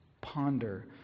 Ponder